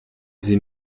sie